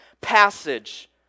passage